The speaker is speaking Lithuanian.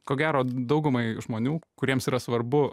ko gero daugumai žmonių kuriems yra svarbu